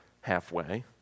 halfway